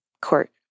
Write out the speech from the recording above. court